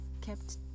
Kept